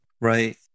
Right